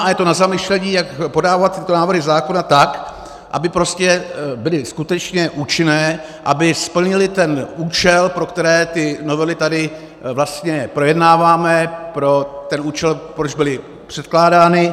A je to na zamyšlení, jak podávat tyto návrhy zákona tak, aby byly skutečně účinné, aby splnily účel, pro který ty novely tady vlastně projednáváme, pro ten účel, proč byly předkládány.